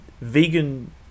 vegan